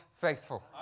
faithful